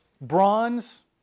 bronze